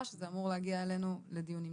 גם שזה אמור להגיע אלינו לדיונים נוספים.